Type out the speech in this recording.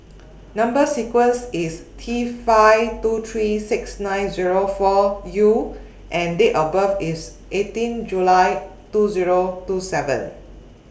Number sequence IS T five two three six nine Zero four U and Date of birth IS eighteen July two Zero two seven